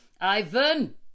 Ivan